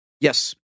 Yes